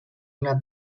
una